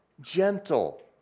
Gentle